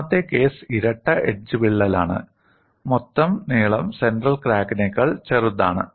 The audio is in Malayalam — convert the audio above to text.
മൂന്നാമത്തെ കേസ് ഇരട്ട എഡ്ജ് വിള്ളലാണ് മൊത്തം നീളം സെൻട്രൽ ക്രാക്കിനേക്കാൾ ചെറുതാണ്